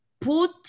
Put